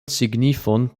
signifon